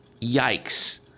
Yikes